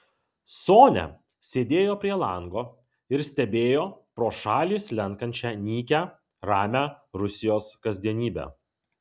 sonia sėdėjo prie lango ir stebėjo pro šalį slenkančią nykią ramią rusijos kasdienybę